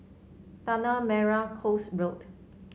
Tanah Merah Coast Road